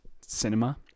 cinema